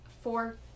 four